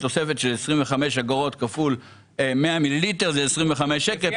תוספת של 25 אגורות כפול 100 מיליליטר זה 25 שקלים פלוס.